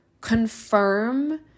confirm